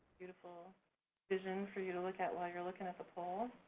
beautiful vision for you to look at while you're looking at the poll